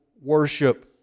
worship